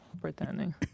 pretending